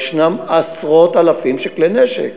ישנם עשרות אלפים של כלי נשק.